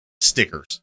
stickers